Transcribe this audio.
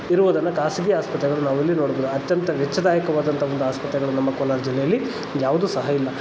ಇರುವುದನ್ನು ಖಾಸಗಿ ಆಸ್ಪತ್ರೆಗಳನ್ನು ನಾವಿಲ್ಲಿ ನೋಡ್ಬೋದು ಅತ್ಯಂತ ವೆಚ್ಚದಾಯಕವಾದಂಥ ಒಂದು ಆಸ್ಪತ್ರೆಗಳು ನಮ್ಮ ಕೋಲಾರ ಜಿಲ್ಲೆಯಲ್ಲಿ ಯಾವುದು ಸಹ ಇಲ್ಲ